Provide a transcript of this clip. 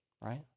right